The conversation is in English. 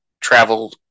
travel